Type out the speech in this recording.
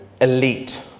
elite